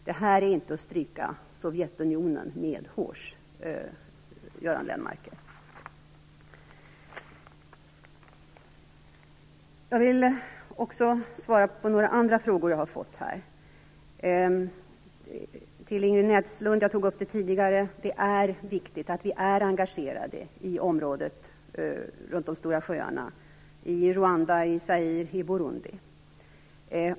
Detta är inte att stryka Sovjetunionen medhårs, Jag vill också svara på några andra frågor som jag har fått. Till Ingrid Näslund vill jag säga - det tog jag upp tidigare - att det är viktigt att vi är engagerade i området kring de stora sjöarna: i Rwanda, i Zaire och i Burundi.